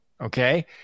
Okay